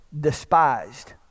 Despised